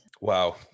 Wow